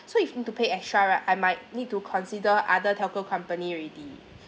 so if need to pay extra right I might need to consider other telco company already